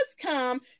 come